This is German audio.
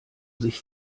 sich